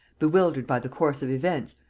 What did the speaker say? bewildered by the course of events,